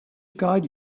guide